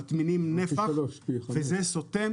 מטמינים נפח וזה סותם